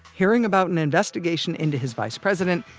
hearing about an investigation into his vice president,